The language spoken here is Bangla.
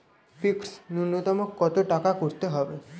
ফিক্সড নুন্যতম কত টাকা করতে হবে?